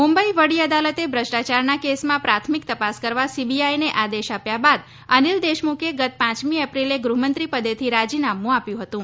મુંબઈ વડી અદાલતે ભ્રષ્ટાચારના કેસમાં પ્રાથમિક તપાસ કરવા સીબીઆઈને આદેશ આપ્યા બાદ અનિલ દેશમુખે ગત પાંચમી એપ્રિલે ગૃહમંત્રી પદેથી રાજીનામું આપ્યું હતું